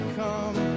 come